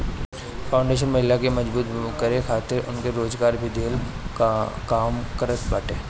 foundation महिला के मजबूत करे खातिर उनके रोजगार भी देहला कअ काम करत बाटे